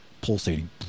pulsating